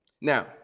Now